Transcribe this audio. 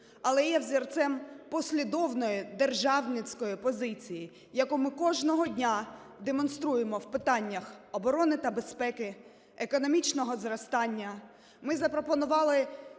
але і є взірцем послідовної державницької позиції, яку ми кожного дня демонструємо в питаннях оброни та безпеки, економічного зростання.